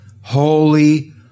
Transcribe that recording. holy